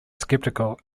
skeptical